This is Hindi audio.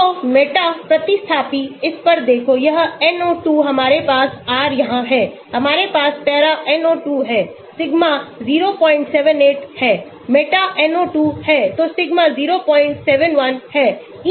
तो मेटा प्रतिस्थापी इस पर देखो यह NO2हमारे पास R यहाँ है हमारे पास पैरा NO2 है सिग्मा 078 है मेटा NO2 हैतो सिग्मा 071 है